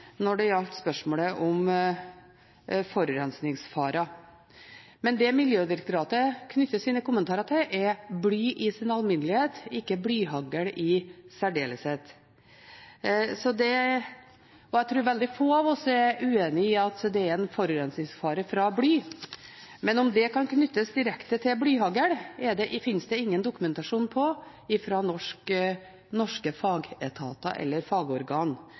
når det gjaldt spørsmålet om forurensningsfare. Men det Miljødirektoratet knytter sine kommentarer til, er bly i sin alminnelighet, ikke blyhagl i særdeleshet. Jeg tror veldig få av oss er uenig i at det er en forurensningsfare når det gjelder bly, men at det kan knyttes direkte til blyhagl, finnes det ingen dokumentasjon på fra norske fagetater eller